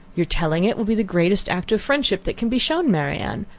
your telling it will be the greatest act of friendship that can be shewn marianne.